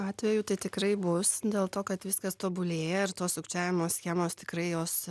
atvejų tai tikrai bus dėl to kad viskas tobulėja ir tos sukčiavimo schemos tikrai jos